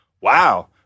wow